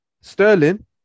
Sterling